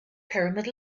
pyramid